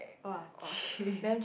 !wah! chim